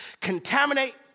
contaminate